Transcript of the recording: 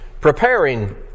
Preparing